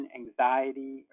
anxiety